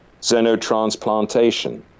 xenotransplantation